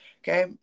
Okay